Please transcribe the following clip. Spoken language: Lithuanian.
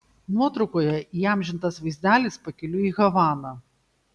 nuotraukoje įamžintas vaizdelis pakeliui į havaną